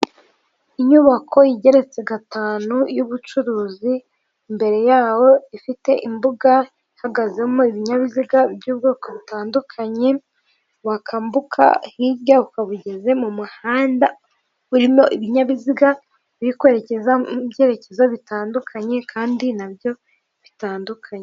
Inyubako igeretse gatanu y'ubucuruzi imbere yaho ifite imbuga ihagazemo ibinyabiziga by'ubwoko butandukanye, wakwambuka hirya ukaba ugeze mu muhanda urimo ibinyabiziga biri kwerekeza mu byerekezo bitandukanye kandi nabyo bitandukanye.